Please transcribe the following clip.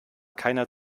keiner